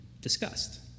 discussed